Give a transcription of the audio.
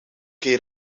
geen